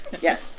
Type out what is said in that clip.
Yes